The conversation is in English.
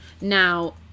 Now